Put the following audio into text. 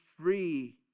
free